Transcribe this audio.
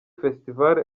festival